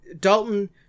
Dalton